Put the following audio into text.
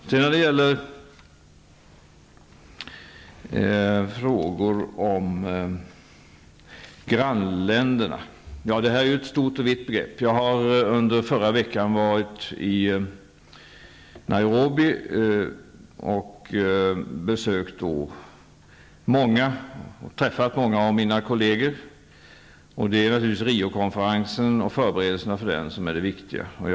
Begreppet grannländerna är ju stort och vitt. Jag var förra veckan i Nairobi och träffade många av mina kolleger. Det viktiga var då naturligtvis förberedelserna för Rio-konferensen.